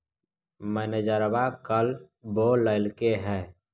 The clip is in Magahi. मैनेजरवा कल बोलैलके है?